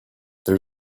there